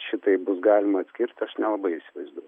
šitai bus galima atskirt aš nelabai įsivaizduo